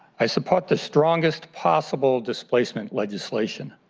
i support the strongest possible displacement legislation.